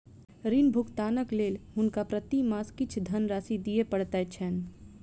ऋण भुगतानक लेल हुनका प्रति मास किछ धनराशि दिअ पड़ैत छैन